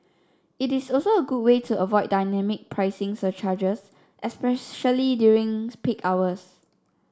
it is also a good way to avoid dynamic pricing surcharges especially during peak hours